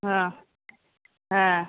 হ্যাঁ হ্যাঁ